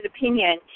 opinion